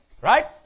Right